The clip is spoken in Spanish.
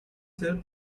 ser